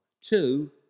Two